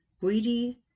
greedy